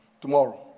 tomorrow